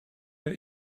der